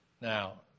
Now